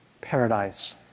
Paradise